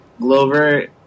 Glover